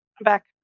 back